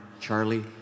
Charlie